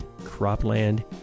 cropland